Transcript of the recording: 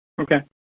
Okay